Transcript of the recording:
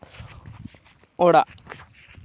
ᱚᱲᱟᱜ